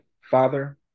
father